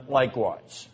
likewise